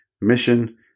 mission